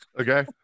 okay